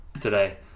today